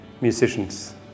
musicians